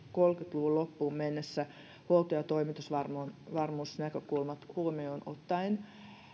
luvun loppuun mennessä huolto ja toimitusvarmuusnäkökulmat huomioon ottaen